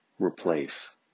replace